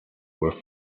were